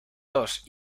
dos